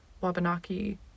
Wabanaki